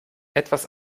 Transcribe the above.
etwas